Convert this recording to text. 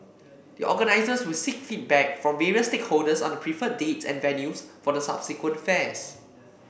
the organisers will seek feedback from various stakeholders on the preferred dates and venues for the subsequent fairs